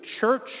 church